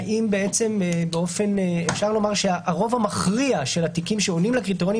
האם אפשר לומר שהרוב המכריע של תיקים שעונים לקריטריונים